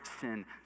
sin